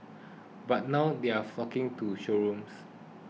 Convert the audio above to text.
but now they are flocking to showrooms